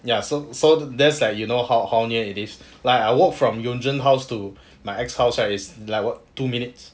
ya so so that's like you know how how near it is like I walk from you jin house to my ex house right is like two minutes